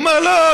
הוא אמר: לא,